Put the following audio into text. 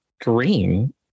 Green